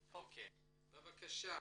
בבקשה,